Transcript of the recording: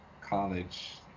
college